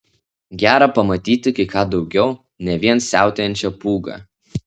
gera pamatyti kai ką daugiau ne vien siautėjančią pūgą